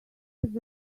was